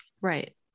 Right